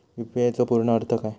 UPI चो पूर्ण अर्थ काय?